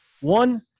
one